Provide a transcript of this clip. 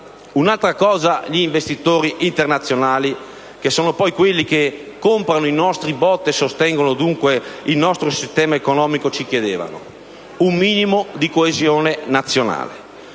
un altro tema. Gli investitori internazionali, che sono poi coloro che comprano i nostri BOT e sostengono - dunque - il nostro sistema economico, ci chiedevano un minimo di coesione nazionale.